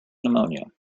pneumonia